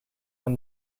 when